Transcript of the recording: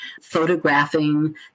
photographing